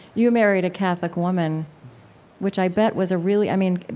you married a catholic woman which i bet was a really i mean,